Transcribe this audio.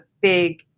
big